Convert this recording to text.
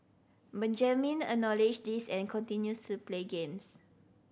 Benjamin acknowledge this and continues to play games